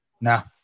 now